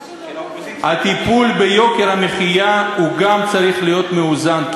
הטיפול ביוקר המחיה גם צריך להיות מאוזן,